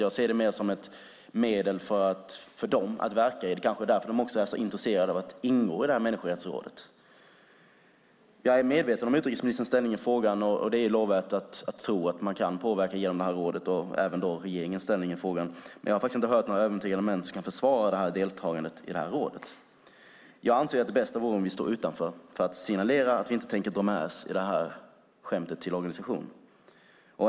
Jag ser det mer som ett medel för dem att verka. Det är kanske därför de är så intresserade av att ingå i det här människorättsrådet. Jag är medveten om utrikesministerns ställning i frågan - det är lovvärt att tro att man kan påverka genom rådet - och även regeringens ställning i frågan. Men jag har inte hört några övertygande argument som kan försvara deltagandet i detta råd. Jag anser att det bästa vore om vi stod utanför för att signalera att vi inte tänker låta oss dras med i det här skämtet till organisation.